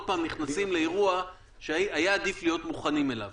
פעם נכנסים לאירוע שהיה עדיף להיות מוכנים אליו.